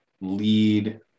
lead